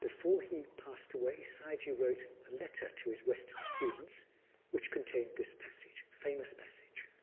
before he passed away, sayagyi wrote a letter to his western students which contained this passage, a famous passage.